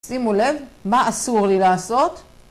שימו לב, מה אסור לי לעשות?